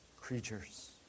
creatures